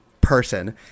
person